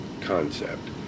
concept